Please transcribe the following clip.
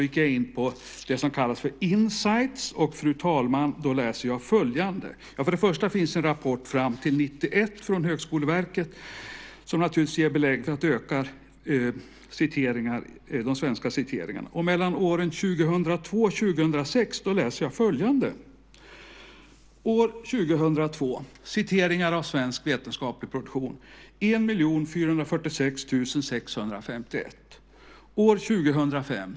För det första finns en rapport fram till 1991 från Högskoleverket som naturligtvis ger belägg för antalet svenska citeringar ökar. När det gäller åren 2002 och 2006 läser jag följande: Citeringar av svensk vetenskaplig produktion år 2002: 1 446 651.